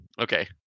Okay